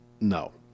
No